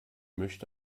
möchte